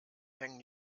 hängen